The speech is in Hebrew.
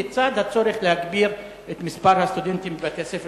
לצד הצורך להגביר את מספר הסטודנטים בבתי-הספר